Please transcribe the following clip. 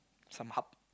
some hub